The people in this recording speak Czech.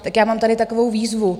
Tak já mám tady takovou výzvu.